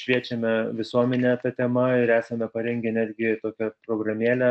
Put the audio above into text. šviečiame visuomenę ta tema ir esame parengę netgi tokią programėlę